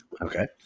Okay